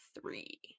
three